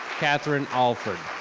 catherine alford.